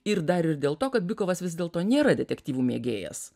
ir dar ir dėl to kad bikovas vis dėlto nėra detektyvų mėgėjas